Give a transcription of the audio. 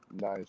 Nice